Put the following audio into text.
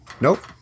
Nope